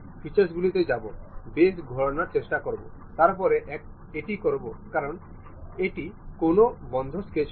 সুতরাং এটি এটি ঠিক করে